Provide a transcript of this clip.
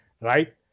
right